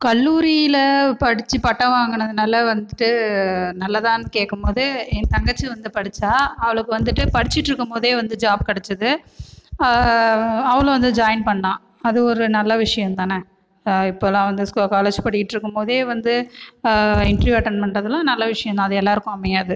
கல்லூரியில் படிச்சு பட்டம் வாங்குறனதுனால வந்துட்டு நல்லதான்னு கேட்கும் போது என் தங்கச்சி வந்து படிச்சால் அவளுக்கு வந்துட்டு படிச்சுட்டுருக்கும் போதே வந்து ஜாப் கிடச்சிது அவளும் வந்து ஜாயின் பண்ணா அது ஒரு நல்ல விஷயோ தான இப்போல்லாம் வந்து சு காலேஜ் பண்ணிட்ருக்கும் போதே வந்து இன்டெர்வியூ அட்டென்ட் பண்ணுறதெல்லாம் நல்ல விஷயோ தான் அது எல்லாருக்கும் அமையாது